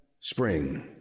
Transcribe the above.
spring